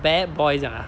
bad boys ah